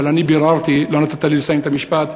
אבל אני ביררתי, לא נתת לי לסיים את המשפט.